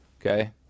Okay